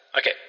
Okay